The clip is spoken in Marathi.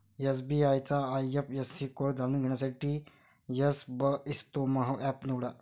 एस.बी.आय चा आय.एफ.एस.सी कोड जाणून घेण्यासाठी एसबइस्तेमहो एप निवडा